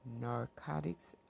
narcotics